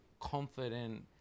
confident